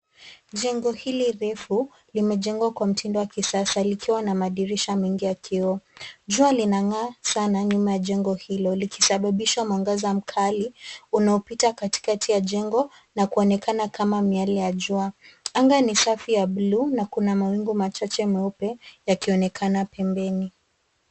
Jengo hili refu limejengwa kwa mtindo wa kisasa likiwa na madirisha mengi ya kioo. Jua linang'aa sana nyuma ya jengo hilo likisababisha mwangaza mkali unaopita katikati ya jengo na kuonekana kama miale ya jua. Anga ni safi ya buluu na kuna mawingu machache meupe yakionekena pembeni.